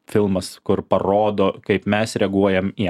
filmas kur parodo kaip mes reaguojam į